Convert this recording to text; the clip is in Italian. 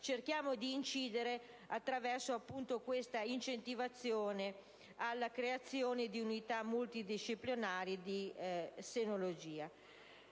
cerchiamo di incidere attraverso questa incentivazione alla creazione di unità multidisciplinari di senologia.